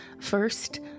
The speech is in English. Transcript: first